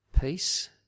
peace